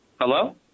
Hello